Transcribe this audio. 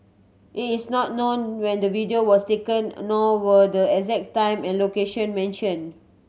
it is not known when the video was taken nor were the exact time and location mentioned